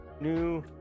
New